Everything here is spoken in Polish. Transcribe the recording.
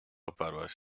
uparłaś